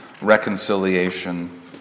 reconciliation